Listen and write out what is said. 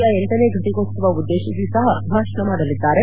ಯ ಲನೇ ಘಟಿಕೋತ್ವವ ಉದ್ದೇಶಿಸಿ ಸಹ ಭಾಷಣ ಮಾಡಲಿದ್ದಾರೆ